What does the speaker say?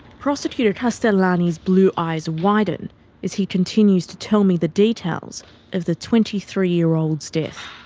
prosecutor castellani's blue eyes widen as he continues to tell me the details of the twenty three year old's death.